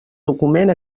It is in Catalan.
document